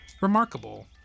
remarkable